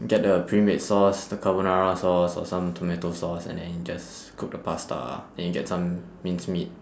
get the pre made sauce the carbonara sauce or some tomato sauce and then you just cook the pasta ah then you get some minced meat